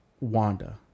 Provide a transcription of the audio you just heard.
Wanda